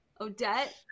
odette